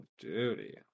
Duty